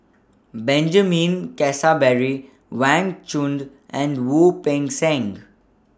Benjamin Keasberry Wang Chunde and Wu Peng Seng